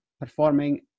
performing